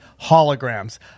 holograms